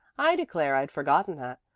i declare i'd forgotten that.